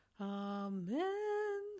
Amen